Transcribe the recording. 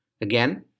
Again